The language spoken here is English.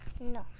no